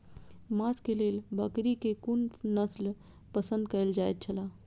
मांस के लेल बकरी के कुन नस्ल पसंद कायल जायत छला?